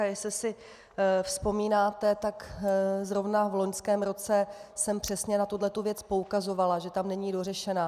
A jestli si vzpomínáte, tak zrovna v loňském roce jsem přesně na tuto věc poukazovala, že tam není dořešená.